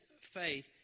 faith